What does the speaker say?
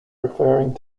referring